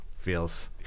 feels